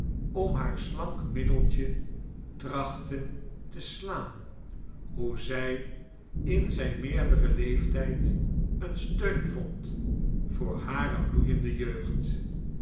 om haar siank mrixldeltje trachtte te slaan hoe zij in zijn meerderen leeftijd een steun vond voor hare bloeiende jeugd